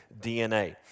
DNA